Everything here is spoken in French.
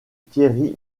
thierry